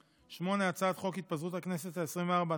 8. הצעת חוק התפזרות הכנסת העשרים-וארבע,